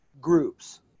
groups